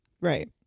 Right